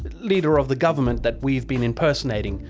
leader of the government that we've been impersonating.